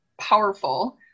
powerful